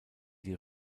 die